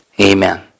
amen